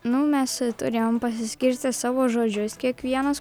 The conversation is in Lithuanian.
nu mes turėjom pasiskirstę savo žodžius kiekvienas